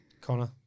Connor